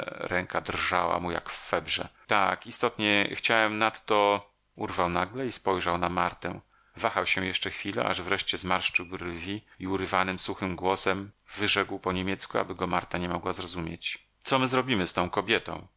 ręka drżała mu jak w febrze tak istotnie chciałem nadto urwał nagle i spojrzał na martę wahał się jeszcze chwilę aż wreszcie zmarszczył brwi i urywanym suchym głosem wyrzekł po niemiecku aby go marta nie mogła zrozumieć co my zrobimy z tą kobietą